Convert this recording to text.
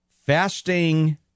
Fasting